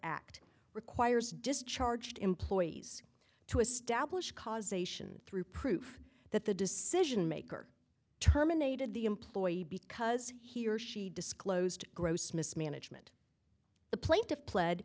act requires discharged employees to establish causation through proof that the decision maker terminated the employee because he or she disclosed gross mismanagement the pla